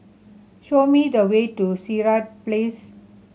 show me the way to Sirat Place